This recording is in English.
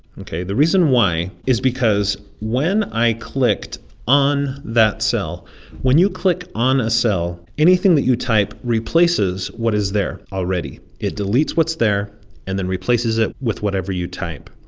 okay? the reason why is because? when i clicked on that cell when you click on a cell anything that you type replaces? what is there already it deletes? what's there and then replaces it with whatever you type.